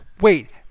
Wait